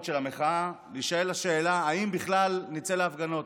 של המחאה להישאל השאלה: האם בכלל נצא להפגנות?